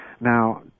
Now